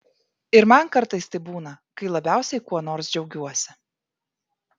ir man kartais taip būna kai labiausiai kuo nors džiaugiuosi